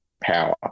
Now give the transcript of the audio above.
power